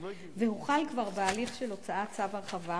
הוחל כבר בהליך של הוצאת צו הרחבה,